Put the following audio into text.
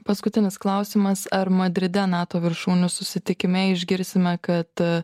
paskutinis klausimas ar madride nato viršūnių susitikime išgirsime kad